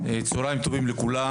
צוהריים טובים לכולם,